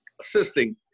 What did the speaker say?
assisting